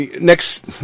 next